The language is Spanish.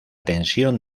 tensión